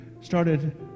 started